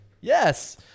Yes